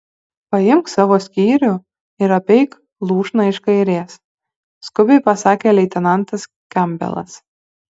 paimk savo skyrių ir apeik lūšną iš kairės skubiai pasakė leitenantas kempbelas